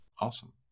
Awesome